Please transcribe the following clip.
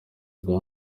bwa